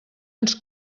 ens